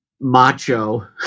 macho